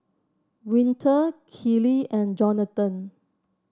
Winter Kellee and Jonathon